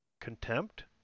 contempt